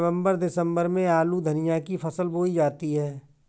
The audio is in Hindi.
नवम्बर दिसम्बर में आलू धनिया की फसल बोई जाती है?